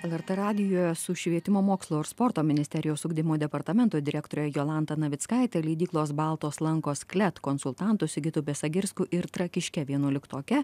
lrt radijuje su švietimo mokslo ir sporto ministerijos ugdymo departamento direktore jolanta navickaite leidyklos baltos lankos klet konsultantu sigitu besagirskiu ir trakiške vienuoliktoke